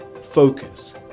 focus